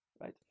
right